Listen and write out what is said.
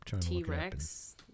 T-Rex